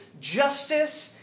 justice